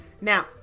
Now